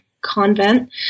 convent